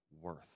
worth